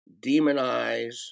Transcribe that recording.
demonize